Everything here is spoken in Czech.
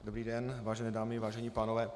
Dobrý den, vážené dámy, vážení pánové.